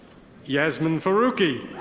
yasmin farouki.